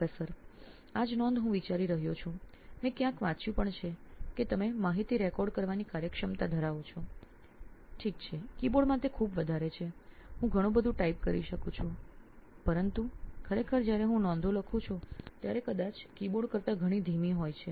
પ્રાધ્યાપક આ જ નોંધ હું વિચારી રહ્યો છું મેં ક્યાંક વાંચ્યું પણ છે કે તમે માહિતી રેકોર્ડ કરવાની કાર્યક્ષમતા ધરાવો છો ઠીક છે કીબોર્ડમાં તે ખૂબ વધારે છે હું ઘણું બધું ટાઇપ કરી શકું છું પરંતુ ખરેખર જ્યારે હું નોંધો લખું છું ત્યારે તે કદાચ કીબોર્ડ કરતાં ઘણી ધીમી હોય છે